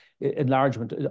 enlargement